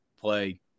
play